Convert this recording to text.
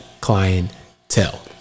clientele